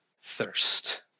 thirst